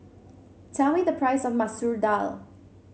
tell me the price of Masoor Dal